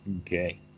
Okay